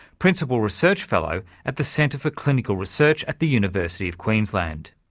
principal research fellow at the centre for clinical research at the university of queensland.